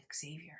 Xavier